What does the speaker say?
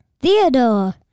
Theodore